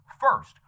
First